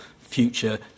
future